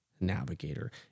navigator